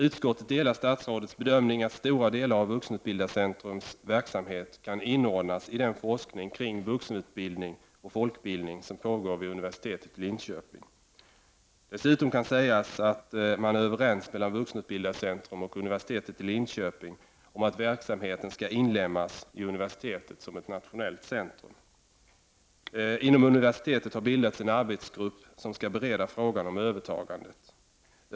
Utskottet delar statsrådets bedömning att stora delar av Vuxenutbildarcentrums verksamhet kan inordnas i den forskning kring vuxenutbildning och folkbildning som pågår vid universitetet i Linköping. Dessutom kan sägas att man är överens mellan Vuxenutbildarcentrum och universitetet i Linköping om att verksamheten skall inlemmas i universitetet som ett nationellt centrum. Inom universitetet har bildats en arbetsgrupp som skall bereda frågan om övertagandet.